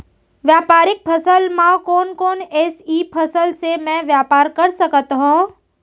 व्यापारिक फसल म कोन कोन एसई फसल से मैं व्यापार कर सकत हो?